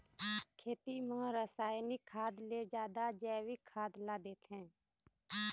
खेती म रसायनिक खाद ले जादा जैविक खाद ला देथे